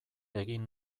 egin